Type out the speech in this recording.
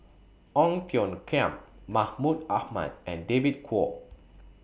Ong Tiong Khiam Mahmud Ahmad and David Kwo